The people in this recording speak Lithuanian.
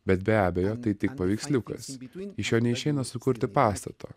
bet be abejo tai tik paveiksliukas iš jo neišeina sukurti pastato